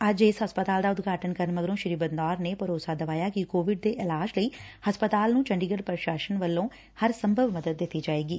ਅੱਜ ਇਸ ਹਸਤਪਾਲ ਦਾ ਉਦਘਾਟਨ ਕਰਨ ਮਗਰੋਂ ਸ੍ੀ ਬਦਨੌਰ ਨੇ ਭਰੋਸਾ ਦਵਾਇਆ ਕਿ ਕੋਵਿਡ ਦੇ ਇਲਾਜ ਲਈ ਹਸਪਤਾਲ ਨੂੰ ਚੰਡੀਗੜ੍ਪ ਪ੍ਰਸ਼ਾਸਨ ਵੱਲੋਂ ਹਰ ਸੰਭਵ ਮਦਦ ਦਿੱਤੀ ਜਾਵੇਗੀ